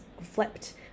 flipped